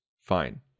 fine